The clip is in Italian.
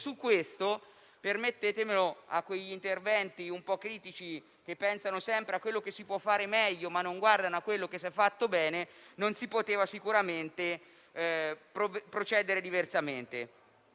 di farlo presente, visti gli interventi un po' critici che pensano sempre a quello che si può fare meglio, ma non guardano a quello che si è fatto bene - non si poteva sicuramente procedere diversamente.